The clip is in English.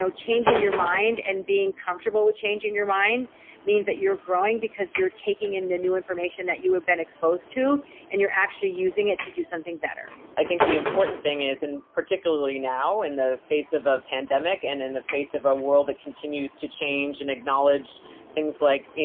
so changing your mind and being comfortable with changing your mind means that you're growing because you're taking in the new information that you have been exposed to and you're actually using it to do something better. i think the important thing is, and particularly now in the face of a pandemic and in the face of a world that continues to change and acknowledge things like,